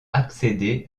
accéder